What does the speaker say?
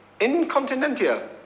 incontinentia